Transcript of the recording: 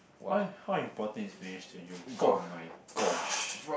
how how important is marriage is to you oh-my-gosh